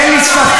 אין לי ספק,